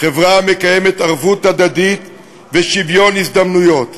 חברה המקיימת ערבות הדדית ושוויון הזדמנויות.